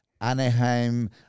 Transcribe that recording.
Anaheim